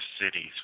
cities